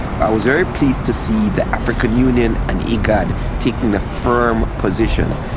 i was very pleased to see the african union and igad taking a firm position.